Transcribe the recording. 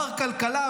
מר כלכלה,